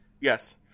Yes